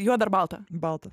juoda ar balta balta